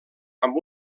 amb